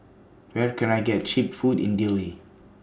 Where Can I get Cheap Food in Dili